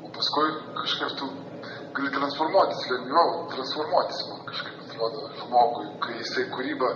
o paskui iš kart tu gali transformuotis lengviau transformuotis kažkaip atrodo žmogui kai jisai kūryba